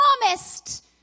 promised